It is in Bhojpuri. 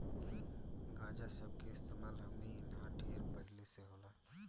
गांजा सब के इस्तेमाल हमनी इन्हा ढेर पहिले से होला